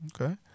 Okay